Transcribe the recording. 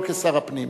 לא כשר הפנים,